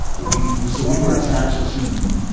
we, we're, so we were attached to,